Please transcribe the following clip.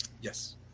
Yes